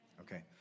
Okay